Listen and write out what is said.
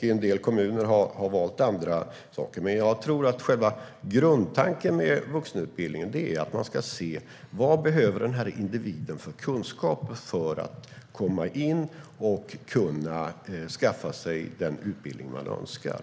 En del kommuner har valt andra saker. Men jag tror att själva grundtanken med vuxenutbildningen är att man ska se: Vad behöver den här individen för kunskap för att kunna skaffa sig den utbildning som den individen önskar?